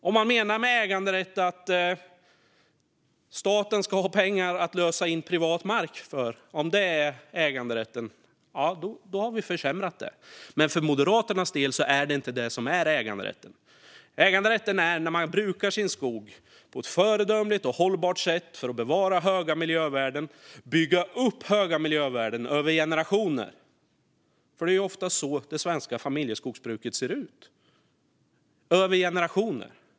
Om man med äganderätt menar att staten ska ha pengar att lösa in privat mark för har vi försämrat detta. Men för Moderaterna är det inte det som är äganderätt. Äganderätt är när man brukar sin skog på ett föredömligt och hållbart sätt för att bevara höga miljövärden och bygga upp höga miljövärden över generationer. Det är ofta så det svenska familjeskogsbruket ser ut - över generationer.